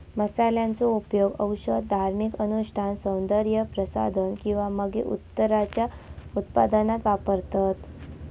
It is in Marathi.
मसाल्यांचो उपयोग औषध, धार्मिक अनुष्ठान, सौन्दर्य प्रसाधन किंवा मगे उत्तराच्या उत्पादनात वापरतत